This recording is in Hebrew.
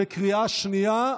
בקריאה שנייה.